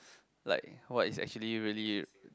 like what is actually really